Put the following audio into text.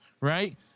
right